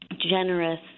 generous